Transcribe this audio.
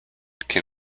can